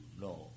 No